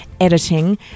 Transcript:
editing